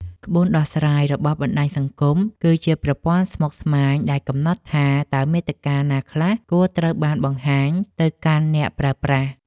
ក្បួនដោះស្រាយរបស់បណ្ដាញសង្គម គឺជាប្រព័ន្ធស្មុគស្មាញដែលកំណត់ថា តើមាតិកាណាខ្លះគួរត្រូវបានបង្ហាញទៅកាន់អ្នកប្រើប្រាស់។